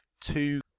two